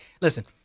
Listen